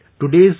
today's